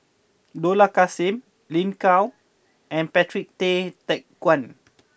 Dollah Kassim Lin Gao and Patrick Tay Teck Guan